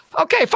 Okay